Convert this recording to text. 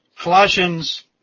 Colossians